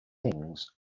things